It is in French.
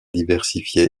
diversifiée